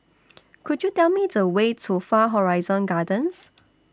Could YOU Tell Me The Way to Far Horizon Gardens